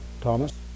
Thomas